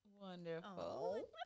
Wonderful